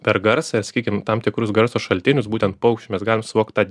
per garsą ir sakykim tam tikrus garso šaltinius būtent paukščių mes galim suvokt tą